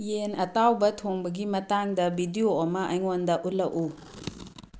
ꯌꯦꯟ ꯑꯇꯥꯎꯕ ꯊꯣꯡꯕꯒꯤ ꯃꯇꯥꯡꯗ ꯚꯤꯗꯤꯑꯣ ꯑꯃ ꯑꯩꯉꯣꯟꯗ ꯎꯠꯂꯛꯎ